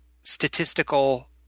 statistical